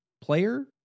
player